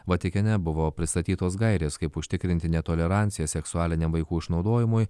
vatikane buvo pristatytos gairės kaip užtikrinti netoleranciją seksualiniam vaikų išnaudojimui